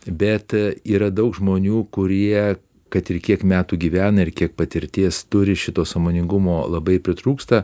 bet yra daug žmonių kurie kad ir kiek metų gyvena ir kiek patirties turi šito sąmoningumo labai pritrūksta